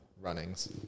runnings